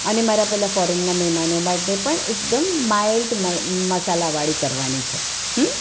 અને મારા પેલા ફોરેનના મહેમાનો માટે પણ એકદમ માઈલ્ડ મસાલાવાળી કરવાની છે હા